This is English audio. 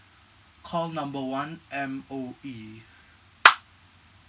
call number one M_O_E